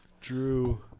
Drew